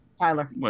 Tyler